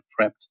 prepped